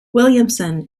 williamson